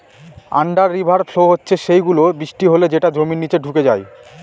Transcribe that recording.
under river flow হচ্ছে সেই গুলো, বৃষ্টি হলে যেটা জমির নিচে ঢুকে যায়